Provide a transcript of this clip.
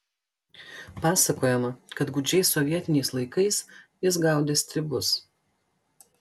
pasakojama kad gūdžiais sovietiniais laikais jis gaudė stribus